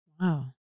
Wow